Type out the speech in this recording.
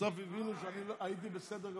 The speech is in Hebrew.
בסוף הבינו שהייתי בסדר גמור.